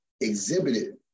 exhibited